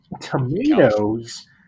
tomatoes